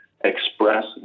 express